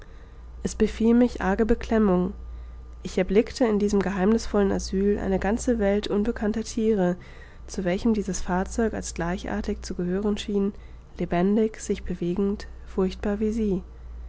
es befiel mich arge beklemmung ich erblickte in diesem geheimnißvollen asyl eine ganze welt unbekannter thiere zu welchem dieses fahrzeug als gleichartig zu gehören schien lebendig sich bewegend furchtbar wie sie